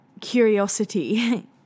curiosity